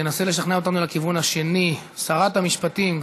תנסה לשכנע אותנו לכיוון השני שרת המשפטים.